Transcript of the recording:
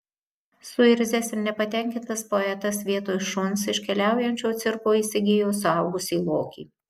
suirzęs ir nepatenkintas poetas vietoj šuns iš keliaujančio cirko įsigijo suaugusį lokį